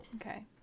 Okay